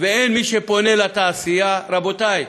ואין מי שפונה לתעשייה, ורבותי,